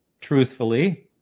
truthfully